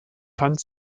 fand